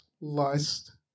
lust